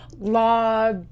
law